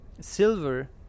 silver